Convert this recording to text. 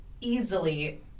easily